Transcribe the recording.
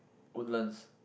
Woodlands